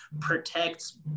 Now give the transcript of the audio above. protects